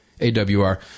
AWR